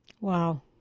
Wow